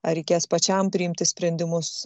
ar reikės pačiam priimti sprendimus